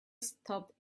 stopped